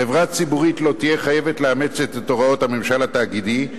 חברה ציבורית לא תהיה חייבת לאמץ את הוראות הממשל התאגידי,